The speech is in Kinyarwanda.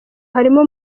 harimo